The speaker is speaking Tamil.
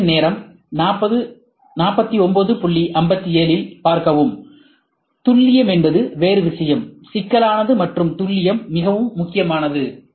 திரையின் நேரம் 4957இல் பார்க்கவும் துல்லியம் என்பது வேறு விஷயம் சிக்கலானது மற்றும் துல்லியம் மிகவும் முக்கியமானது